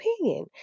opinion